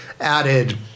added